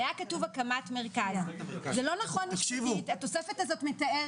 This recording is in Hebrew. אם זה היה עולה רק מיליון שקל לא היינו מדברים